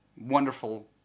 wonderful